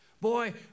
Boy